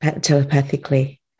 telepathically